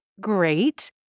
great